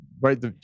right